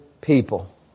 people